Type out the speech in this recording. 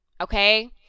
Okay